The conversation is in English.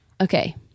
Okay